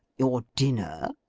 your dinner